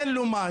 אין לו מים,